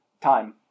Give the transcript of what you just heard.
time